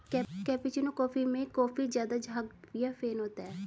cappuccino coffee में काफी ज़्यादा झाग या फेन होता है